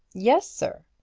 yes, sir.